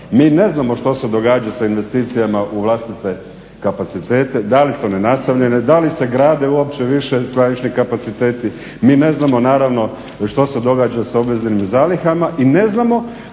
Mi ne znamo što se događa sa investicijama u vlastite kapacitete, da li su one nastavljene, da li se grade uopće više skladišni kapaciteti, mi ne znamo naravno što se događa sa obveznim zalihama i ne znamo